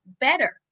better